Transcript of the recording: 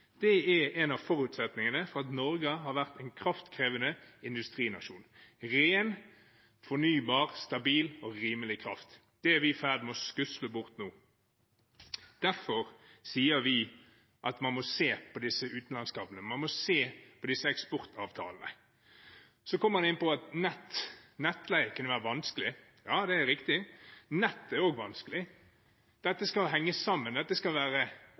Det er en av forutsetningene for at Norge har vært en kraftkrevende industrinasjon: ren, fornybar, stabil og rimelig kraft. Det er vi i ferd med å skusle bort nå. Derfor sier vi at man må se på disse utenlandskablene, man må se på disse eksportavtalene. Så kommer en inn på at nett og nettleie kunne være vanskelig. Ja, det er riktig. Nettet er også vanskelig. Dette skal henge sammen, dette skal være